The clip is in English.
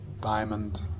diamond